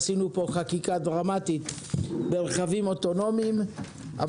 עשינו פה חקיקה דרמטית ברכבים אוטונומיים,